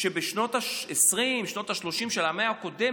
כשבשנות העשרים ושנות השלושים של המאה הקודמת,